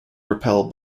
repel